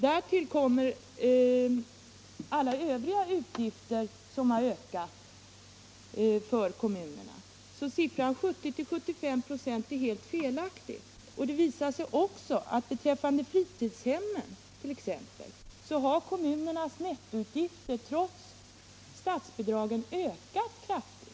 Därtill kommer alla övriga utgifter som har ökat för kommunerna. Siffran 70-75 96 är därför helt felaktig. Det visar sig också att beträffande fritidshemmen t.ex. har kommunernas nettoutgifter, trots statsbidragen, ökat kraftigt.